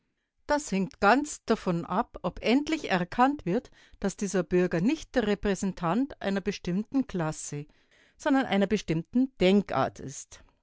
das hängt ganz davon ab ob endlich erkannt wird daß dieser bürger nicht der repräsentant einer bestimmten klasse sondern einer bestimmten denkart ist